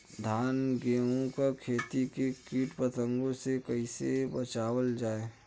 धान गेहूँक खेती के कीट पतंगों से कइसे बचावल जाए?